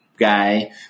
guy